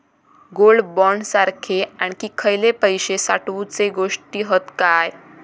Gold bond सारखे आणखी खयले पैशे साठवूचे गोष्टी हत काय?